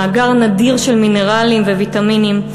מאגר נדיר של מינרלים וויטמינים,